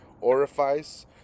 Orifice